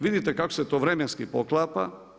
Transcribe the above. Vidite kako se to vremenski poklapa.